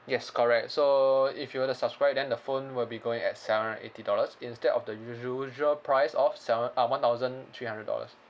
yes correct so if you were to subscribe then the phone will be going at seven hundred eighty dollars instead of the usual price of seven uh one thousand three hundred dollars